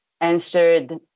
answered